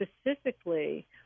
specifically